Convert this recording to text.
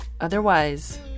otherwise